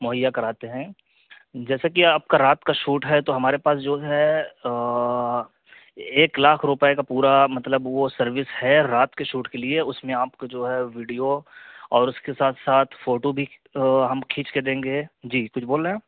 مہیا کراتے ہیں جیسے کہ آپ کا رات کا شوٹ ہے تو ہمارے پاس جو ہے ایک لاکھ روپئے کا پورا مطلب وہ سروس ہے رات کے شوٹ کے لیے اس میں آپ کو جو ہے ویڈیو اور اس کے ساتھ ساتھ فوٹو بھی ہم کھینچ کے دیں گے جی کچھ بول رہے ہیں آپ